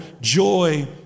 joy